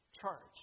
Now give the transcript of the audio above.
charge